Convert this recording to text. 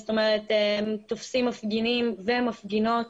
תופסים מפגינים ומפגינות